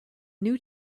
new